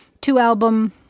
two-album